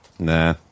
Nah